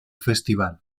festival